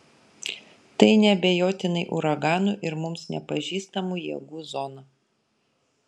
tai neabejotinai uraganų ir mums nepažįstamų jėgų zona